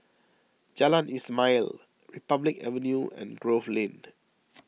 Jalan Ismail Republic Avenue and Grove Lane